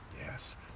yes